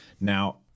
now